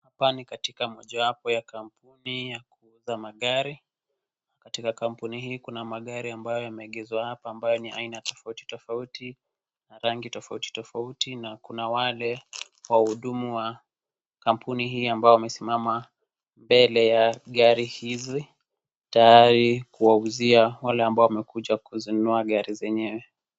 Hapa ni katika mojawapo ya kampuni ya kuuza magari, katika kampuni hii kuna magari ambayo yameegezwa hapa ambayo ni ya aina tofautitofauti na rangi tofautitofauti na kuna wale wahudumu wa kampuni hii ambao wamesimama mbele ya gari hizi tayari kuwauzia wale ambao wamekuja kuzinunua gari zenyewe.